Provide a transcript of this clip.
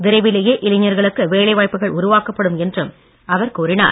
விரைவிலேயே இளைஞர்களுக்கு வேலைவாய்ப்புகள் உருவாக்கப்படும் என்றும் அவர் கூறினார்